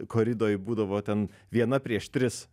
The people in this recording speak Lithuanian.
koridoj būdavo ten viena prieš tris